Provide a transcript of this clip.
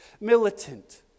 militant